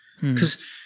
Because-